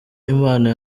imana